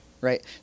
right